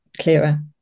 clearer